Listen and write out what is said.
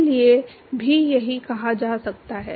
के लिए भी यही कहा जा सकता है